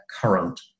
current